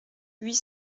huit